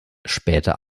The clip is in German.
später